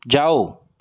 जाओ